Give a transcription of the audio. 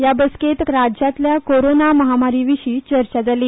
ह्या बसकेन राज्यातल्या कोरोना म्हामारीविशी चर्चा जाली